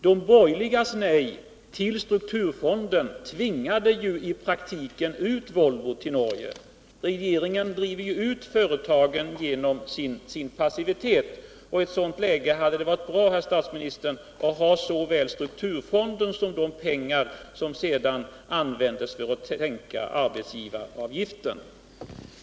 De borgerligas nej till strukturfonden tvingade i praktiken ut Volvo till Norge. Regeringen driver ju ut företagen genom sin passivitet. I ett sådant läge hade det varit bra, herr statsminister, att ha såväl strukturfonden som de pengar som sedan användes för att sänka arbetsgivaravgiften.